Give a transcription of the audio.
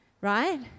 right